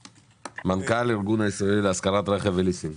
מנכ"ל הארגון הישראלי להשכרת רכב וליסינג,